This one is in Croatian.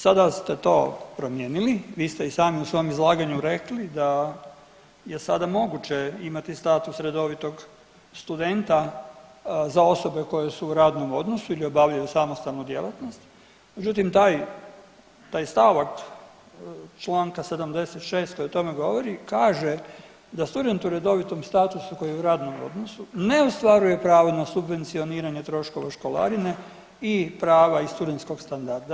Sada ste to promijenili, vi ste i sami u svom izlaganju rekli da je sada moguće imati status redovitog studenta za osobe koje su u radnom odnosu ili obavljaju samostalnu djelatnost, međutim taj stavak čl. 76. koji o tome govori kaže da student u redovitom statusu koji je u radnom odnosu ne ostvaruje pravo na subvencioniranje troškova školarine i prava iz studentskog standarda.